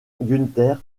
günther